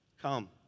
Come